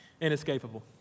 Inescapable